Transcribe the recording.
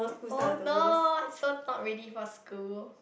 oh no so not ready for school